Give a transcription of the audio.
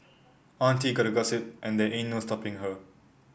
auntie gotta gossip and there ain't no stopping her